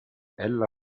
ella